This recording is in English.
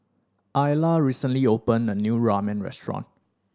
Ayla recently opened a new Ramen Restaurant